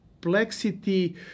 complexity